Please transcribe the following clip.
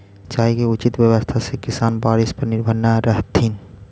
सिंचाई के उचित व्यवस्था से किसान बारिश पर निर्भर न रहतथिन